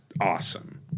awesome